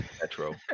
Metro